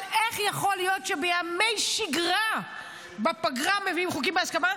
אבל איך יכול להיות שבימי שגרה בפגרה מביאים חוקים בהסכמה,